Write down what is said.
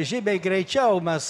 žymiai greičiau mes